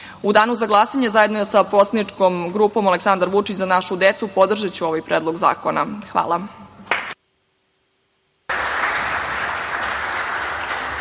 danu za glasanje zajedno sa poslaničkom grupom Aleksandar Vučić – Za našu decu podržaću ovaj Predlog zakona. Hvala.